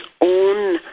own